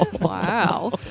Wow